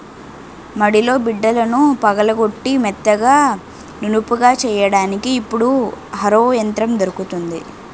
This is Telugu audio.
మడిలో బిడ్డలను పగలగొట్టి మెత్తగా నునుపుగా చెయ్యడానికి ఇప్పుడు హరో యంత్రం దొరుకుతుంది